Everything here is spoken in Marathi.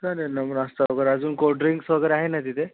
चालेल ना मग नाश्ता वगैरे अजून कोल्ड्रिंक्स वगैरे आहे ना तिथे